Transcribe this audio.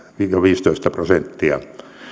viiva viisitoista prosenttia